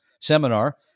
seminar